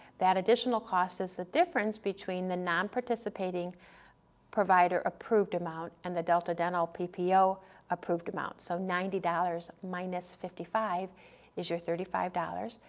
that additional cost is the difference between the nonparticipating provider approved amount and the delta dental ppo approved amount, so ninety dollars minus fifty five is your thirty five dollars,